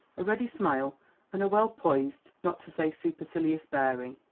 a ready smile and a well-poised, not to say supercilious bearing.